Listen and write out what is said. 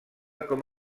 com